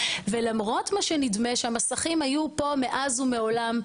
ולמרות מה שנדמה שהמסכים היו פה מאז ומעולם,